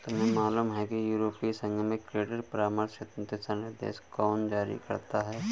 तुम्हें मालूम है कि यूरोपीय संघ में क्रेडिट परामर्श हेतु दिशानिर्देश कौन जारी करता है?